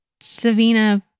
Savina